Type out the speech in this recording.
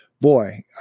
Boy